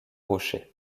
rochers